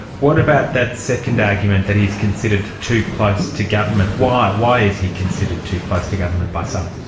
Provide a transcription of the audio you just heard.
what about that second argument, that he is considered too close to government? why why is he considered too close to government by some?